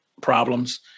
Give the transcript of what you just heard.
problems